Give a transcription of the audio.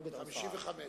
לא גדעון סער.